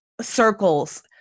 circles